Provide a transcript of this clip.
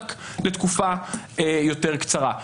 רק לתקופה יותר קצרה.